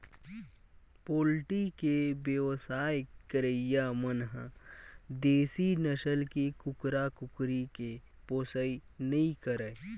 poultry के बेवसाय करइया मन ह देसी नसल के कुकरा, कुकरी के पोसइ नइ करय